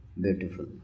beautiful